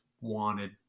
wanted